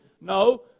no